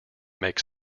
make